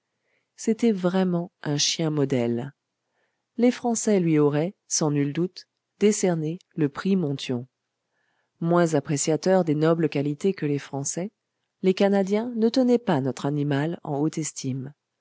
c'était vraiment un chien modèle les français lui auraient sans nul doute décerné le prix monthyon moins appréciateurs des nobles qualités que les français les canadiens ne tenaient pas notre animal en haute estime